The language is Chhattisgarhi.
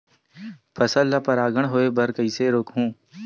फसल ल परागण होय बर कइसे रोकहु?